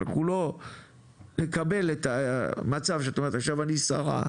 אנחנו לא נקבל את המצב שאת אומרת עכשיו אני שרה,